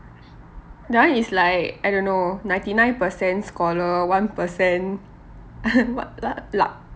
that one is like I don't know ninety nine percent scholar one percent what luc~ luck